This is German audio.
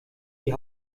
die